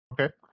Okay